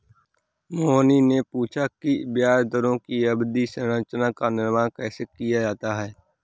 मोहिनी ने पूछा कि ब्याज दरों की अवधि संरचना का निर्माण कैसे किया जाता है?